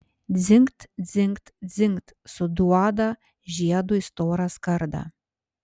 dzingt dzingt dzingt suduoda žiedu į storą skardą